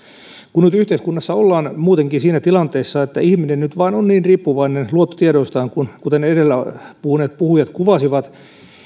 kun nyt yhteiskunnassa ollaan muutenkin siinä tilanteessa että ihminen nyt vain on niin riippuvainen luottotiedoistaan kuten edellä puhuneet puhujat kuvasivat